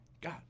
god